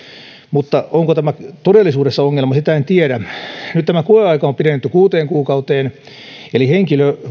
mutta onko tämä todellisuudessa ongelma sitä en tiedä nyt tämä koeaika on pidennetty kuuteen kuukauteen eli henkilö